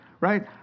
right